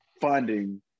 funding